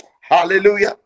Hallelujah